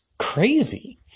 Crazy